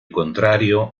contrario